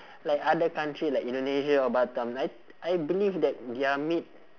like other country like indonesia or batam I I believe that their meat